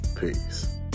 peace